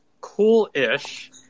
cool-ish